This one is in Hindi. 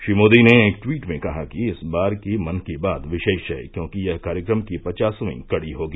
श्री मोदी ने एक ट्वीट में कहा कि इस बार की मन की बात विशेष है क्योंकि यह कार्यक्रम की पचासवीं कड़ी होगी